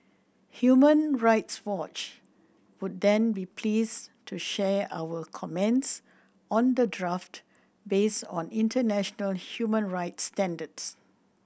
Human Rights Watch would then be pleased to share our comments on the draft based on international human rights standards